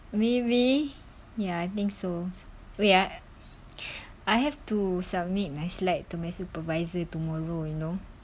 we we ya I think so wait ah I have to submit my slide to my supervisor tomorrow you know